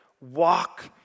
walk